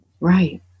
Right